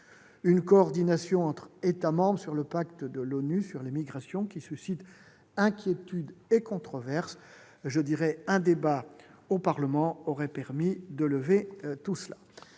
de coordination entre États membres sur le pacte de l'ONU sur les migrations qui suscite des inquiétudes et des controverses qu'un débat au Parlement aurait permis de lever.